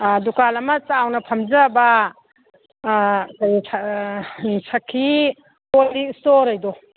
ꯗꯨꯀꯥꯟ ꯑꯃ ꯆꯥꯎꯅ ꯐꯝꯖꯕ ꯁꯈꯤ ꯀꯣꯜ ꯂꯤꯛ ꯁ꯭ꯇꯣꯔ ꯑꯗꯣ